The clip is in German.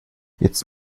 jetzt